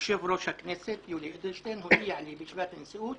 יושב-ראש הכנסת יולי אדלשטיין הודיע לי בישיבת הנשיאות